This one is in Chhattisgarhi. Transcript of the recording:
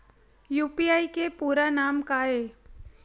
यू.पी.आई के पूरा नाम का ये?